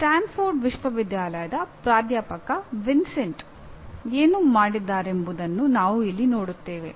Stanford ವಿಶ್ವವಿದ್ಯಾಲಯದ ಪ್ರಾಧ್ಯಾಪಕ Vincenti ಏನು ಮಾಡಿದ್ದಾರೆಂಬುದನ್ನು ನಾವು ಇಲ್ಲಿ ನೋಡುತ್ತೇವೆ